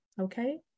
okay